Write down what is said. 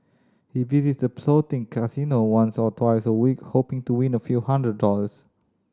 he visit the floating casino once or twice a week hoping to win a few hundred dollars